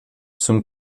zum